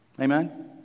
Amen